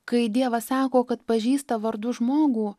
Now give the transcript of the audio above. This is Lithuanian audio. kai dievas sako kad pažįsta vardu žmogų